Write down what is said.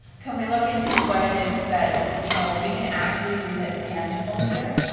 can we look into what it is that, you know, we can actually do that's tangible here?